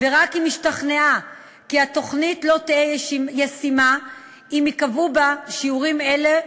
ורק אם השתכנעה כי התוכנית לא תהא ישימה אם ייקבעו בה שיעורים אלו,